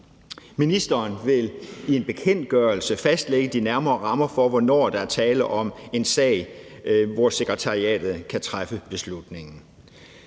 Ministeren vil i en bekendtgørelse fastlægge de nærmere rammer for, hvornår der er tale om en sag, hvor sekretariatet kan træffe beslutning.